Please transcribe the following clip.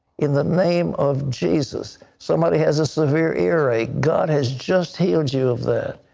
in the name of jesus. somebody has a severe ear ache, god has just healed you of that.